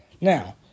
Now